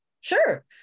Sure